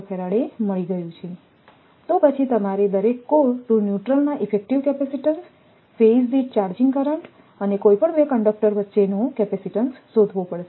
75μF મળી ગયું છે તો પછી તમારે દરેક કોર ટુ ન્યુટ્રલ ના ઇફેક્ટિવ કેપેસિટીન્સફેઝ દીઠ ચાર્જિંગ કરંટ અને કોઈપણ 2 કંડકટરો વચ્ચેનો કેપેસિટીન્સ શોધવા પડશે